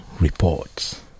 reports